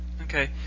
Okay